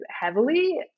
heavily